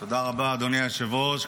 רבה, אדוני היושב-ראש.